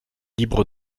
libre